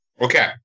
okay